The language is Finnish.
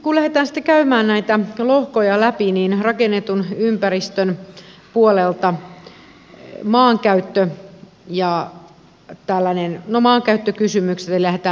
kun lähdetään käymään näitä lohkoja läpi niin rakennetun ympäristön puolelta lähdetään liikkeelle maankäyttökysymyksistä